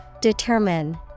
Determine